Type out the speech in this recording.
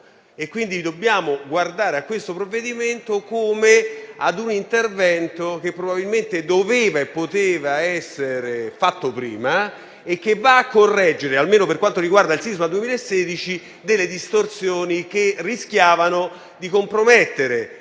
Quindi, dobbiamo guardare a questo provvedimento come a un intervento che probabilmente doveva e poteva essere fatto prima e che va a correggere, almeno per quanto riguarda il sisma 2016, alcune distorsioni che rischiavano di compromettere